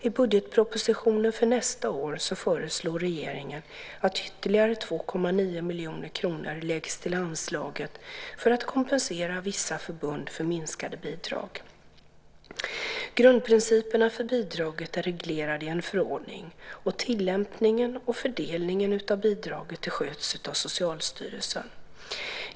I budgetpropositionen för nästa år föreslår regeringen att ytterligare 2,9 miljoner kronor läggs till anslaget för att kompensera vissa förbund för minskade bidrag. Grundprinciperna för bidraget är reglerade i en förordning. Tillämpningen och fördelningen av bidraget sköts av Socialstyrelsen.